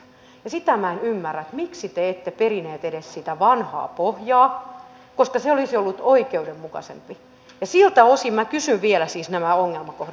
sitä minä en ymmärrä miksi te ette perineet edes sitä vanhaa pohjaa koska se olisi ollut oikeudenmukaisempi ja siltä osin minä kysyn vielä siis nämä ongelmakohdat